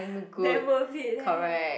damn worth it leh